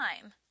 time